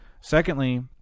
Secondly